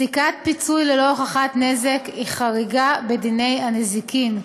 פסיקת פיצוי ללא הוכחת נזק היא חריגה בדיני הנזיקין,